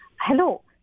Hello